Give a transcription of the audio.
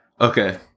okay